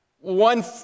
One